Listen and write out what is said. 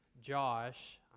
Josh